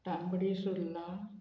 तांबडी सुल्ला